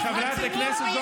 את חולת רוח,